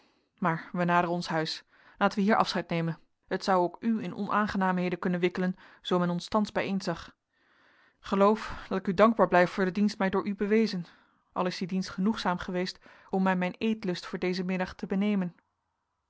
maar wij naderen ons huis laten wij hier afscheid nemen het zou ook u in onaangenaamheden kunnen wikkelen zoo men ons thans bijeen zag geloof dat ik u dankbaar blijf voor den dienst mij door u bewezen al is die dienst genoegzaam geweest om mij mijn eetlust voor dezen middag te benemen